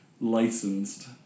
licensed